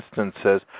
instances